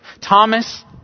Thomas